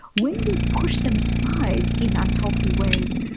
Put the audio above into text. when we push them aside in unhealthy ways,